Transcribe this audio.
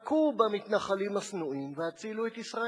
הכו במתנחלים השנואים והצילו את ישראל.